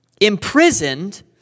imprisoned